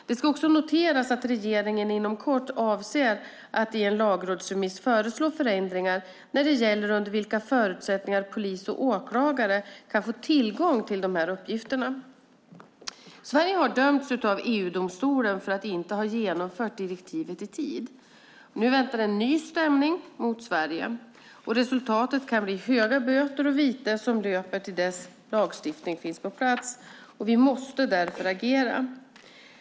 Det ska också noteras att regeringen inom kort avser att i en lagrådsremiss föreslå förändringar när det gäller under vilka förutsättningar polis och åklagare kan få tillgång till dessa uppgifter. Sverige har dömts av EU-domstolen för att inte ha genomfört direktivet i tid. Nu väntar en ny stämning mot Sverige. Resultatet kan bli höga böter och vite som löper till dess lagstiftning finns på plats. Vi måste därför agera.